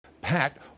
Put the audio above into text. Pat